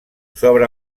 sobre